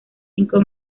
cinco